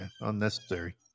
unnecessary